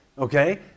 Okay